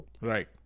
Right